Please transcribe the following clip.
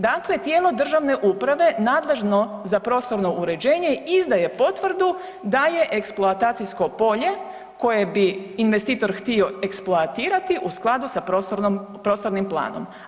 Dakle, tijelo državne uprave nadležno za prostorno uređenje izdaje potvrdu da je eksploatacijsko polje koje bi investitor htio eksploatirati u skladu sa prostornim planom.